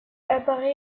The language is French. apparaît